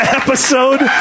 episode